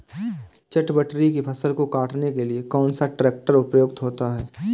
चटवटरी की फसल को काटने के लिए कौन सा ट्रैक्टर उपयुक्त होता है?